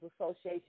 Association